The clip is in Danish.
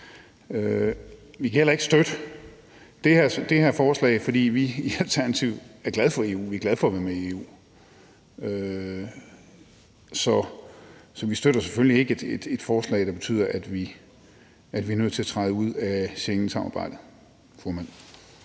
Vi kan heller ikke støtte det her forslag. For vi er i Alternativet glade for EU; vi er glade for at være med i EU. Så vi støtter selvfølgelig ikke et forslag, der betyder, at vi er nødt til at træde ud af Schengensamarbejdet.